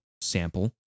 sample